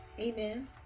Amen